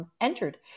Entered